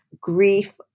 grief